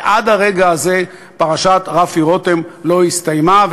ועד הרגע הזה פרשת רפי רותם לא הסתיימה,